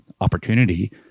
opportunity